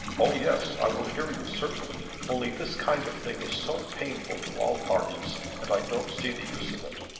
oh yes i will hear you certainly, only this kind of thing is so painful to all parties, and i don't see the use of it.